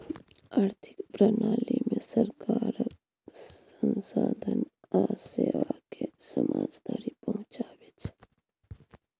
आर्थिक प्रणालीमे सरकार संसाधन आ सेवाकेँ समाज धरि पहुंचाबै छै